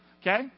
Okay